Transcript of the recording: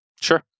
sure